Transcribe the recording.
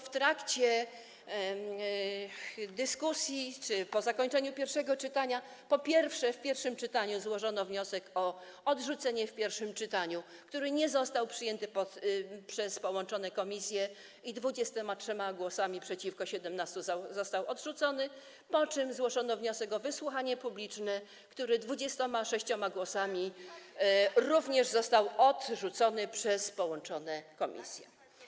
W trakcie dyskusji czy po zakończeniu pierwszego czytania, po pierwsze, w pierwszym czytaniu złożono wniosek o odrzucenie w pierwszym czytaniu, który nie został przyjęty przez połączone komisje i 23 głosami przeciwko 17 został odrzucony, po drugie, złożono wniosek o wysłuchanie publiczne, który 26 głosami również został odrzucony przez połączone komisje.